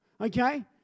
okay